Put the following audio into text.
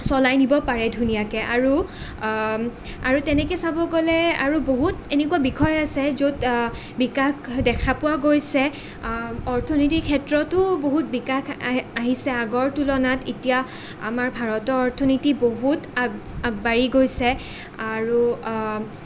চলাই নিব পাৰে ধুনীয়াকৈ আৰু আৰু তেনেকৈ চাব গ'লে আৰু বহুত এনেকুৱা বিষয় আছে য'ত বিকাশ দেখা পোৱা গৈছে অৰ্থনৈতিক ক্ষেত্ৰতো বহুত বিকাশ আহিছে আগৰ তুলনাত এতিয়া আমাৰ ভাৰতৰ অৰ্থনীতি বহুত আগ আগবাঢ়ি গৈছে আৰু